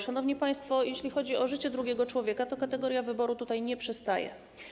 Szanowni państwo, jeśli chodzi o życie drugiego człowieka, to kategoria wyboru tutaj nie przystaje.